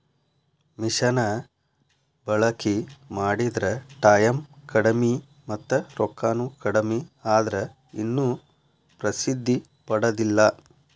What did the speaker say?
ಮಿಷನ ಬಳಕಿ ಮಾಡಿದ್ರ ಟಾಯಮ್ ಕಡಮಿ ಮತ್ತ ರೊಕ್ಕಾನು ಕಡಮಿ ಆದ್ರ ಇನ್ನು ಪ್ರಸಿದ್ದಿ ಪಡದಿಲ್ಲಾ